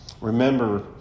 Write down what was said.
Remember